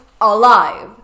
alive